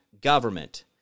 government